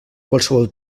qualsevol